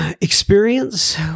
experience